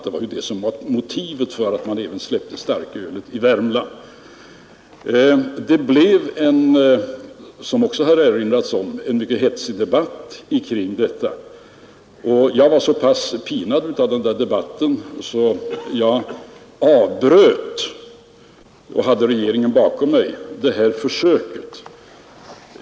Det var detta som var motivet för att man släppte starkölet i Värmland. Det blev — vilket också har erinrats om — en mycket häftig debatt kring detta. Jag var så pass pinad av den debatten att jag — med regeringen bakom mig — avbröt detta försök.